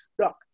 stuck